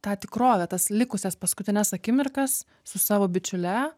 tą tikrovę tas likusias paskutines akimirkas su savo bičiule